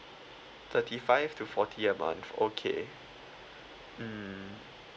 thirty five to forty a month okay mm